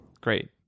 Great